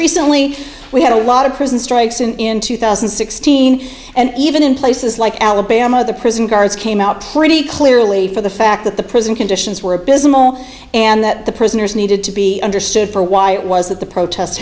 recently we had a lot of prison strikes and in two thousand and sixteen and even in places like alabama the prison guards came out pretty clearly for the fact that the prison conditions were abysmal and that the prisoners needed to be understood for why it was that the protests